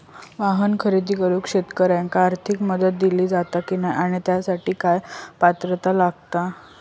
वाहन खरेदी करूक शेतकऱ्यांका आर्थिक मदत दिली जाता की नाय आणि त्यासाठी काय पात्रता लागता?